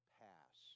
pass